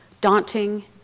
daunting